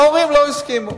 ההורים לא הסכימו.